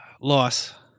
Loss